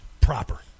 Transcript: proper